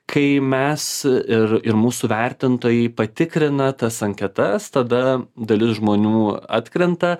kai mes ir ir mūsų vertintojai patikrina tas anketas tada dalis žmonių atkrenta